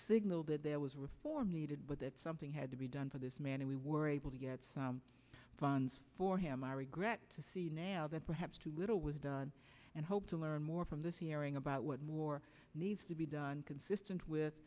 signal that there was reform needed but that something had to be done for this man and we were able to get some funds for him i regret to see now that perhaps too little was done and hope to learn more from this hearing about what more needs to be done consistent with